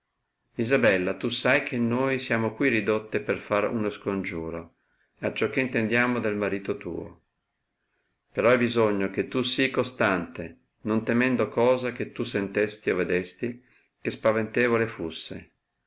isabella tu sai che noi siamo qui ridotte per far uno scongiuro acciò che intendiamo del marito tuo però è bisogno che tu sii costante non temendo cosa che tu sentesti o vedesti che spaventevole fusse